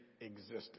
existed